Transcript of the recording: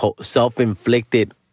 self-inflicted